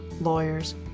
lawyers